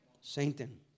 Satan